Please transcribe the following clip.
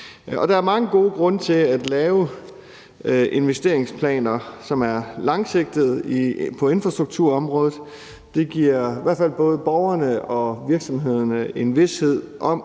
Der er mange gode grunde til at lave investeringsplaner, som er langsigtede, på infrastrukturområdet. Det giver i hvert fald både borgerne og virksomhederne en vished om,